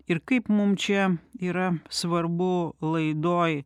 ir kaip mum čia yra svarbu laidoj